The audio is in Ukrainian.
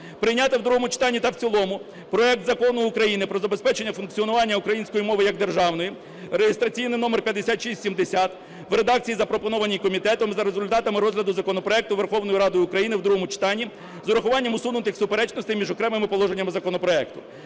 Прийняти в другому читанні та в цілому проект Закону України про забезпечення функціонування української мови як державної (реєстраційний номер 5670) в редакції, запропонованій комітетом, за результатами розгляду законопроекту Верховною Радою України в другому читанні з урахуванням усунутих суперечностей між окремими положеннями законопроекту.